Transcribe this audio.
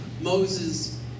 Moses